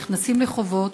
נכנסים לחובות,